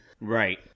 right